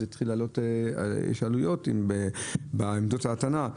עכשיו יש עלויות בעמדות ההטענה.